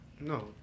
No